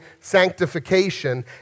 sanctification